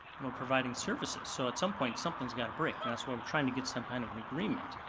and we're providing services. so at some point, something's gotta break, and that's why we're trying to get some kind of an agreement.